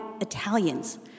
Italians